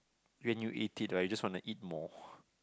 when you eat it right you just wanna eat more